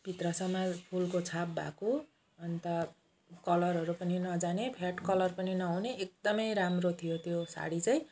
भित्रसम्म फुलको छाप भएको अनि त कलरहरू पनि नजाने फ्याड् कलर पनि नहुने एकदमै राम्रो थियो त्यो साडी चाहिँ